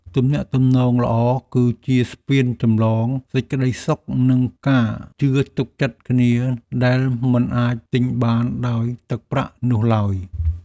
ទំនាក់ទំនងល្អគឺជាស្ពានចម្លងសេចក្តីសុខនិងការជឿទុកចិត្តគ្នាដែលមិនអាចទិញបានដោយទឹកប្រាក់នោះឡើយ។